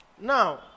Now